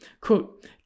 Quote